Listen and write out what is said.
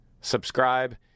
subscribe